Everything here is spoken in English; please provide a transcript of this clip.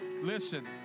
Listen